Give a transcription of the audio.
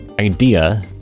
idea